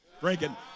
Drinking